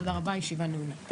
תודה רבה, הישיבה נעולה.